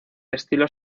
estilo